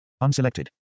Unselected